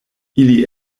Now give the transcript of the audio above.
ili